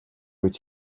үед